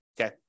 Okay